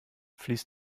fließt